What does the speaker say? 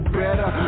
better